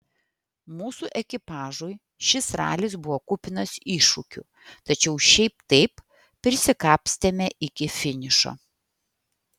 mūsų ekipažui šis ralis buvo kupinas iššūkių tačiau šiaip taip prisikapstėme iki finišo